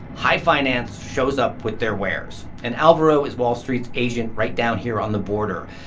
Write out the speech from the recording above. high finance shows up with their wares, and alvaro is wall street's agent right down here on the border.